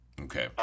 Okay